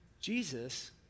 Jesus